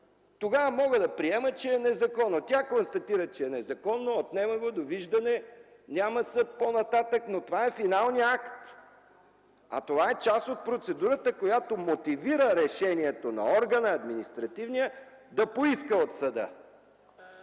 Тогава мога да приема, че е незаконно. Тя констатира, че е незаконно, отнема го, довиждане! Няма съд по-нататък, но това е финалният акт! А това е част от процедурата, която мотивира решението на административния орган да поиска от съда.